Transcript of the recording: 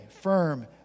firm